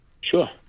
Sure